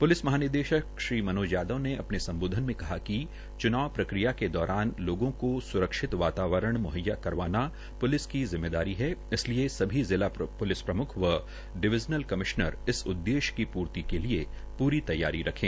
police महानिदेशक श्रीमनोज यादव ने अपने सम्बोधन मे कहा कि च्नाव सम्बोधन मे कहा कि च्नाव प्रक्रिया के दौरान लोगों को स्रक्षित वातावरण म्हैया करवाना प्लिस की जिम्मेदारी है इसलिये सभी जिला प्लिस प्रम्ख व डिवीजन कमिश्नर इस उद्देश्य की पूर्ति के लिये पूरी तैयारी रखें